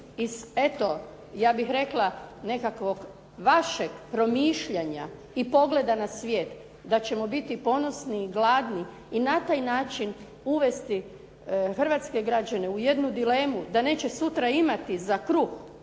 eto ja bih rekla nekakvog vašeg promišljanja i pogleda na svijet da ćemo biti i ponosni i gladni i na taj način uvesti hrvatske građane u jednu dilemu da neće sutra imati za kruh,